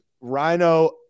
rhino